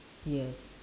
yes